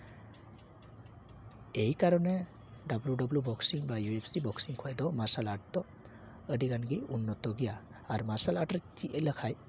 ᱮᱭ ᱠᱟᱨᱚᱱᱮ W W boxing ᱵᱟ ᱤᱭᱩ ᱮᱯᱷ ᱥᱤ ᱵᱚᱠᱥᱤᱝᱠᱷᱚᱡ ᱫᱚ ᱢᱟᱨᱥᱟᱞ ᱟᱨᱴᱥ ᱫᱚ ᱟᱹᱰᱤᱜᱟᱱ ᱩᱱᱱᱚᱛᱚ ᱜᱮᱭᱟ ᱟᱨ ᱢᱟᱨᱥᱟᱞ ᱟᱨᱴᱥ ᱨᱮ ᱪᱮᱫ ᱞᱮᱠᱷᱟᱡ